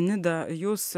nida jūs